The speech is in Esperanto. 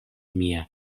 mia